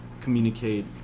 communicate